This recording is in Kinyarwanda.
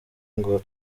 ngo